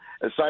Aside